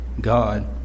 God